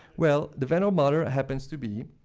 well, the venerable mother ah happens to be